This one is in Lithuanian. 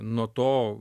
nuo to